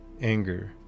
anger